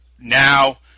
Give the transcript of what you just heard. now